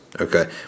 okay